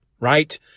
Right